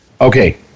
Okay